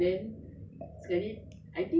kan tiba